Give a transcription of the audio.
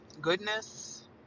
goodness